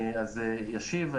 אז אני אשיב.